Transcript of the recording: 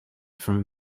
from